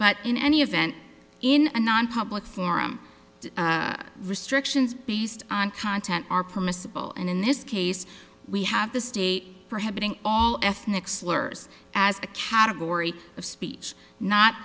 but in any event in a nonpublic forum restrictions based on content are permissible and in this case we have the state for having all ethnic slurs as a category of speech not